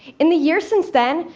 in the years since then,